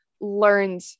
learned